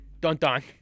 Dun-dun